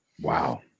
Wow